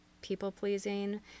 people-pleasing